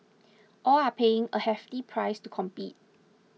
all are paying a hefty price to compete